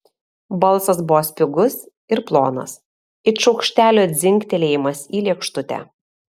balsas buvo spigus ir plonas it šaukštelio dzingtelėjimas į lėkštutę